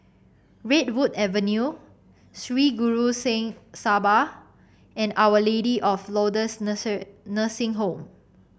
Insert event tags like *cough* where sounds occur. Redwood Avenue Sri Guru Singh Sabha and Our Lady of Lourdes *unintelligible* Nursing Home